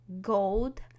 gold